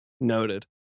Noted